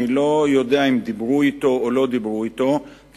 אני לא יודע אם דיברו אתו או לא דיברו אתו כי